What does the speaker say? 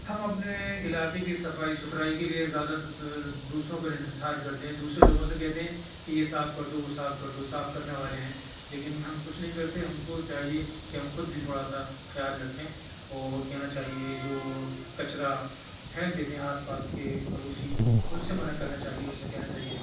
ہم اپنے علاقے کی صفائی ستھرائی کے لیے زیادہ تر دوسروں پر انحصار کرتے ہیں دوسرے لوگوں سے کہتے ہیں کہ یہ صاف کر دو وہ صاف کر دو صاف کرنے والے ہیں لیکن ہم کچھ نہیں کرتے ہم کو چاہیے کہ ہم خود بھی تھوڑا سا خیال رکھیں اور کہنا چاہیے جو کچرا پھینک دیتے ہیں آس پاس کے پڑوسی ان سے منع کرنا چاہیے ان سے کہنا چاہیے